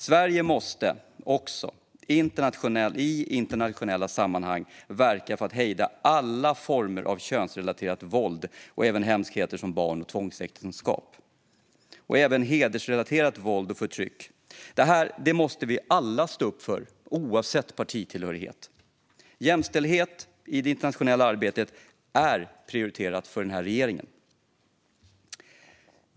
Sverige måste också i internationella sammanhang verka för att hejda alla former av könsrelaterat våld och även hemskheter som barn och tvångsäktenskap samt hedersrelaterat våld och förtryck. Detta måste vi alla stå upp för, oavsett partitillhörighet. Jämställdhet i det internationella arbetet är prioriterat för den här regeringen.